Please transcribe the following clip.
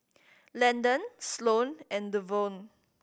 Landen Sloane and Devaughn